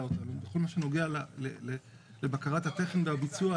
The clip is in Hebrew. אותנו בכל מה שנוגע לבקרת התכן והביצוע,